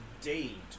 indeed